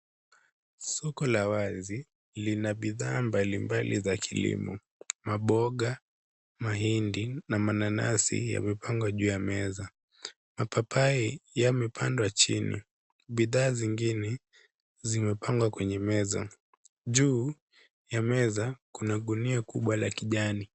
Soko la wazi, lina bidhaa mbalimbali za kilimo; maboga, mahindi na mananasi yamepangwa juu ya meza. Mapapai yamepandwa chini. Bidhaa zingine zimepangwa kwenye meza. Juu ya meza, kuna gunia kubwa la kijani.